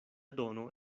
dono